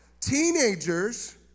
Teenagers